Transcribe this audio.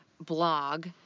blog